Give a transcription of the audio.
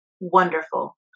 Wonderful